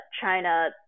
china